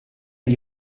gli